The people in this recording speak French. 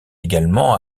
également